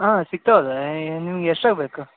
ಹಾಂ ಸಿಕ್ತಾವಲ್ಲೆ ಯೆ ನಿಮ್ಗೆ ಎಷ್ಟ್ರಾಗ ಬೇಕು